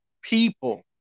people